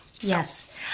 Yes